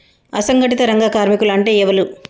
అసంఘటిత రంగ కార్మికులు అంటే ఎవలూ?